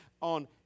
on